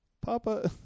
Papa